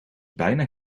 bijna